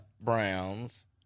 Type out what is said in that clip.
Browns